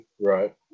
right